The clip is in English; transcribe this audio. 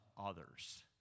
others